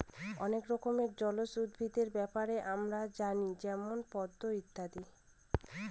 অনেক রকমের জলজ উদ্ভিদের ব্যাপারে আমরা জানি যেমন পদ্ম ইত্যাদি